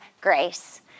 grace